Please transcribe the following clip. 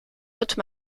haute